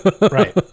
Right